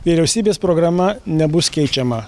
vyriausybės programa nebus keičiama